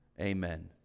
Amen